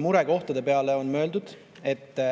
murekohtade peale on mõeldud.